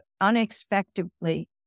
unexpectedly